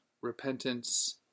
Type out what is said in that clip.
repentance